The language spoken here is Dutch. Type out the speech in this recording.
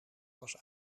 was